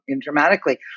dramatically